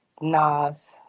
Nas